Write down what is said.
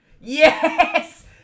Yes